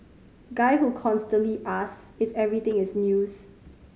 guy who constantly asks if everything is news